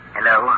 Hello